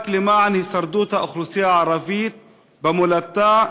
למען הישרדות האוכלוסייה הערבית במולדתה,